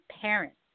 parents